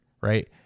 right